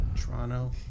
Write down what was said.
Toronto